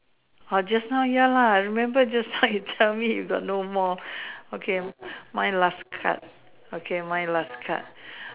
orh just now ya lah I remember just now you tell me you got no more okay my last card okay my last card